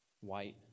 white